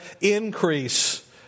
increase